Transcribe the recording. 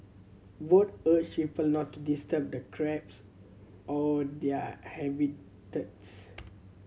both urged people not to disturb the crabs or their habitats